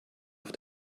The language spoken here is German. auf